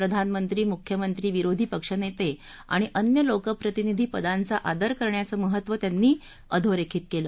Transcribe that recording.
प्रधानमंत्री मुख्यमंत्री विरोधी पक्ष नेते आणि अन्य लोकप्रतिनिधी पदांचा आदर करण्याचं महत्त्व त्यांनी अधोरेखित केलं